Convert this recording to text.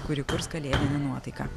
kuri kurs kalėdinę nuotaiką